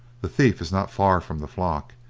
the thief is not far from the flock,